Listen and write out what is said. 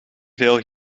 veel